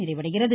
நிறைவடைகிறது